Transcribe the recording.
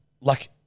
Like-